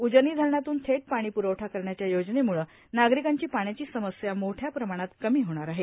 उजनी धरणातून थेट पाणीप्रवठा करण्याच्या योजनेमुळे नागरिकांची पाण्याची समस्या मोठ्या प्रमाणात कमी होणार आहे